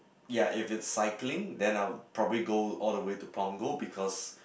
ya if it's cycling then I probably go all the way to Punggol because